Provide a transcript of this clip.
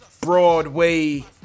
Broadway